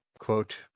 quote